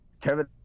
kevin